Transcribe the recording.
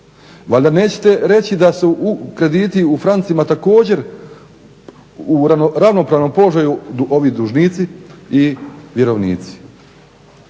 Valjda nećete reći da su krediti u francima također u ravnopravnom položaju ovi dužnici i vjerovnici.